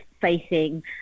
facing